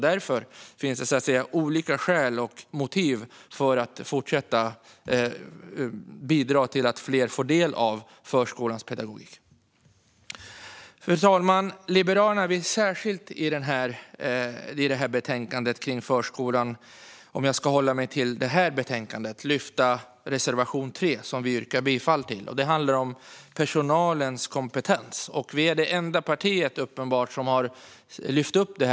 Därför finns det olika skäl och motiv till att fortsätta att bidra till att fler får del av förskolans pedagogik. Fru talman! Liberalerna vill särskilt i betänkandet om förskolan - om jag ska hålla mig till det betänkande vi nu debatterar - lyfta reservation 3, som vi yrkar bifall till. Det handlar om personalens kompetens. Vi är uppenbarligen det enda parti som har lyft upp detta.